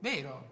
Vero